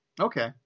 Okay